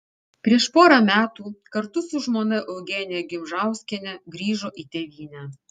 prieš porą metų kartu su žmona eugenija gimžauskiene grįžo į tėvynę